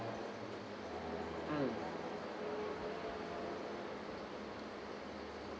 mm